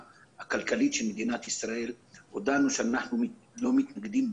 הכלכלית של מדינת ישראל הודענו שאנחנו לא מתנגדים,